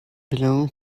belong